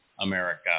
America